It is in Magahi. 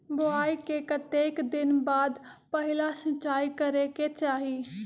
बोआई के कतेक दिन बाद पहिला सिंचाई करे के चाही?